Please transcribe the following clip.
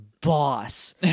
boss